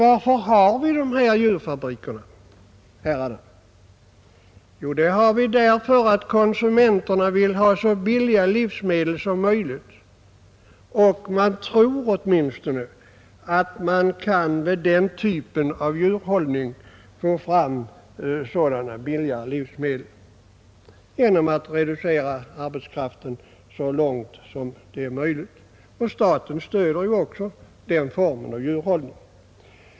Varför har vi dessa djurfabriker? Jo, därför att konsumenterna vill ha så billiga livsmedel som möjligt, och man tror åtminstone att vi med den typen av djurhållning får fram billigare livsmedel på grund av att man kan reducera arbetskraften så mycket som det över huvud taget är möjligt. Staten stöder ju också den formen av djurhållning.